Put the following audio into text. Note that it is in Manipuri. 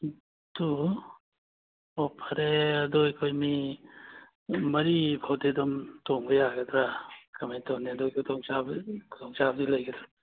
ꯑꯗꯣ ꯑꯣ ꯐꯔꯦ ꯑꯗꯣ ꯑꯩꯈꯣꯏ ꯃꯤ ꯃꯔꯤꯐꯥꯎꯗꯤ ꯑꯗꯨꯝ ꯇꯣꯡꯕ ꯌꯥꯒꯗ꯭ꯔ ꯀꯃꯥꯏꯅ ꯇꯧꯅꯤ ꯑꯗꯨꯒꯤ ꯈꯨꯗꯣꯡꯆꯥꯕ ꯈꯨꯗꯣꯡꯆꯥꯕꯗꯤ ꯂꯩꯒꯗ꯭ꯔ